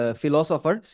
philosopher